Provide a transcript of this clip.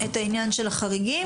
את העניין של החריגים,